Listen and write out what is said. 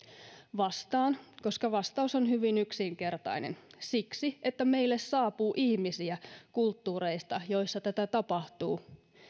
vastaan koska vastaus on hyvin yksinkertainen siksi että meille saapuu ihmisiä kulttuureista joissa tätä tapahtuu